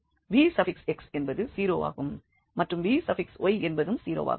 vx என்பது 0 ஆகும் மற்றும் vy என்பதும் 0 வாகும்